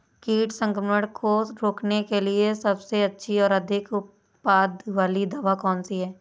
कीट संक्रमण को रोकने के लिए सबसे अच्छी और अधिक उत्पाद वाली दवा कौन सी है?